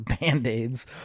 band-aids